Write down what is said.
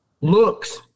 looks